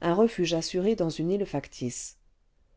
un refuge assuré dans une île factice